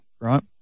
right